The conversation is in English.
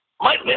Mike